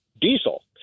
diesel